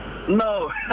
No